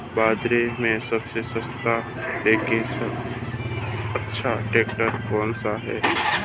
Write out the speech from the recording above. बाज़ार में सबसे सस्ता लेकिन अच्छा ट्रैक्टर कौनसा है?